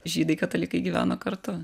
žydai katalikai gyveno kartu